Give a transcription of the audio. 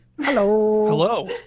hello